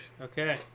Okay